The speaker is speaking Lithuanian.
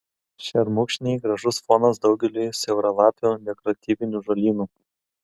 šermukšniai gražus fonas daugeliui siauralapių dekoratyvinių žolynų